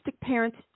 parents